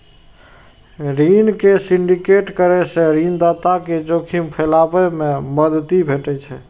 ऋण के सिंडिकेट करै सं ऋणदाता कें जोखिम फैलाबै मे मदति भेटै छै